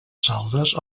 saldes